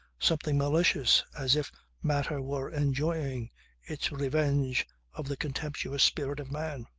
something malicious as if matter were enjoying its revenge of the contemptuous spirit of man.